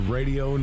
Radio